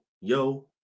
yo